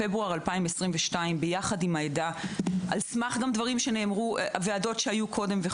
פברואר 2022 על סמך דברים שנאמרו וועדות שהיו קודם.